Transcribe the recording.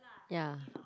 ya